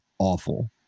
awful